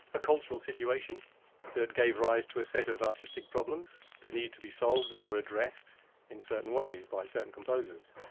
a cultural situation that gave rise to a set of artistic problems that need to be solved and were addressed in certain ways by certain composers.